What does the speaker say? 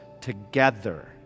together